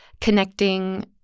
connecting